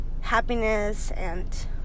happiness—and